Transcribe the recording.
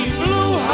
blue